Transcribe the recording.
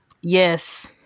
Yes